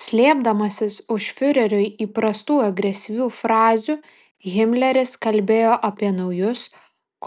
slėpdamasis už fiureriui įprastų agresyvių frazių himleris kalbėjo apie naujus